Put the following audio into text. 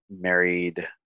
married